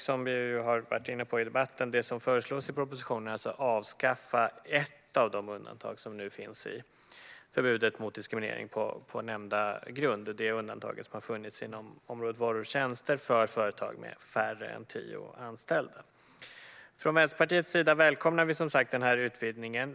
Som vi ju har varit inne på i debatten är det som föreslås i propositionen alltså att avskaffa ett av de undantag som nu finns från förbudet mot diskriminering på nämnda grund - det undantag som funnits på området varor och tjänster för företag med färre än tio anställda. Från Vänsterpartiets sida välkomnar vi som sagt denna utvidgning.